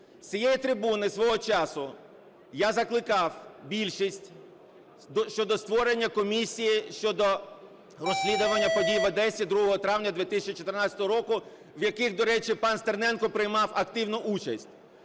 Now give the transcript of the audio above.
З цієї трибуни свого часу я закликав більшість щодо створення комісії, щодо розслідування подій в Одесі 2 травня 2014 року в яких, до речі, пан Стерненко приймав активну участь.